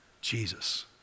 Jesus